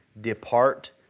depart